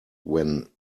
when